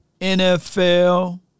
NFL